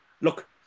Look